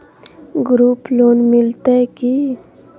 Group loan मिलतै की?